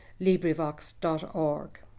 LibriVox.org